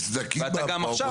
יש סדקים באופוזיציה?